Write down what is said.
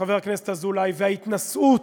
חבר הכנסת אזולאי, וההתנשאות,